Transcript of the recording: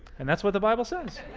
and that's what the bible says!